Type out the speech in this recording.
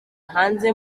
hanze